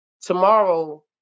Tomorrow